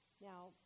Now